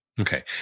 Okay